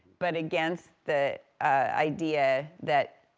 but against the idea that,